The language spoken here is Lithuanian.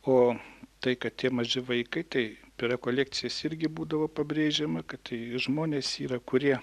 o tai kad tie maži vaikai tai per rekolekcijas irgi būdavo pabrėžiama kad žmonės yra kurie